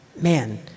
man